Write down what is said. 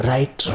Right